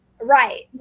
right